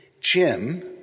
Jim